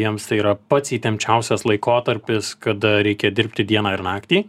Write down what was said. jiems tai yra pats įtempčiausias laikotarpis kada reikia dirbti dieną ir naktį